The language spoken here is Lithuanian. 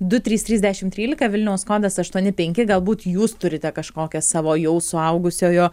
du trys trys dešimt trylika vilniaus kodas aštuoni penki galbūt jūs turite kažkokią savo jau suaugusiojo